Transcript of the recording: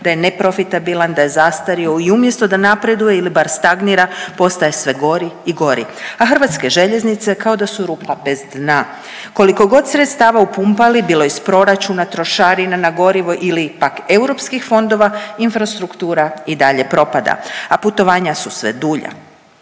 da je neprofitabilan, da je zastario i umjesto da napreduje ili bar stagnira, postaje sve gori i gori, a HŽ kao da su rupa bez dna. Koliko god sredstava upumpali, bilo iz proračuna, trošarina na gorivo ili pak europskih fondova, infrastruktura i dalje propada, a putovanja su sve dulja.